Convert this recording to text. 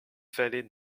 vallées